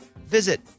visit